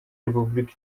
repubulika